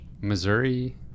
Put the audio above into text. Missouri